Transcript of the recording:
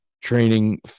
training